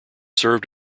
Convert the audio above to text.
served